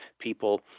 people